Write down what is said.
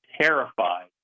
terrified